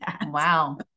Wow